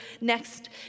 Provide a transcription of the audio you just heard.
next